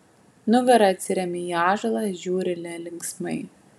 nugara atsiremia į ąžuolą žiūri nelinksmai